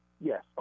Yes